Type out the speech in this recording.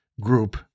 group